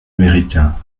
américains